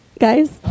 guys